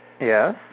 Yes